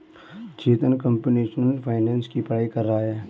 चेतन computational finance की पढ़ाई कर रहा है